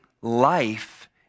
life